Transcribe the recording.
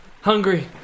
hungry